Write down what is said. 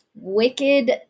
wicked